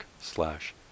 slash